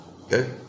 Okay